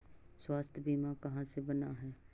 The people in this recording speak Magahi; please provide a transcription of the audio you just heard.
स्वास्थ्य बीमा कहा से बना है?